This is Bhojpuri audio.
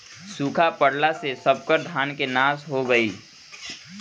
सुखा पड़ला से सबकर धान के नाश हो गईल